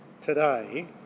today